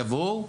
יבואו,